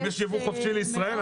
אם יש יבוא חופשי לישראל,